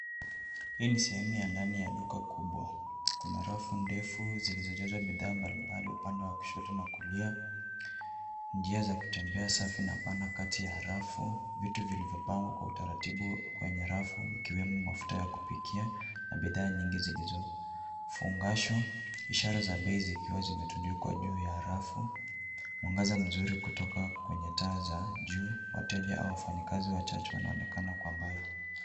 Hii ni sehemu ya ndani ya duka kubwa. Kuna rafu ndefu zilizojazwa bidhaa mbalimbali upande wa kushoto na kulia. Njia za kutembea safi na pana kati ya rafu , vitu vilivyopangwa kwa utaratibu kwenye rafu ikiwemo mafuta ya kupikia na bidhaa nyingi zilizofungashwa, ishara za bei zikiwa zimetundikwa juu ya rafu. Mwangaza mzuri kutoka kwenye taa za juu. Wateja au wafanyikazi wachache wanaonekana kwa mbali.